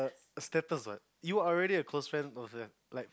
status what you are already a close friend with them like